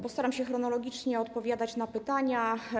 Postaram się chronologicznie odpowiadać na pytania.